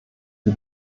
die